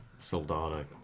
Soldado